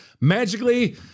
Magically